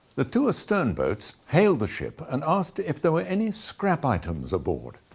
the two astern boats hailed the ship and asked if there were any scrap items aboard.